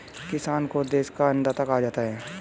किसान को देश का अन्नदाता कहा जाता है